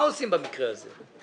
מה עושים במקרה הזה?